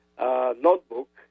Notebook